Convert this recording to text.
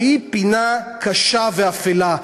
שהיא פינה קשה ואפלה,